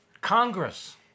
Congress